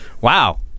Wow